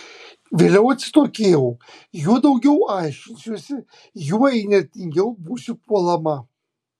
vėliau atsitokėjau juo daugiau aiškinsiuosi juo įnirtingiau būsiu puolama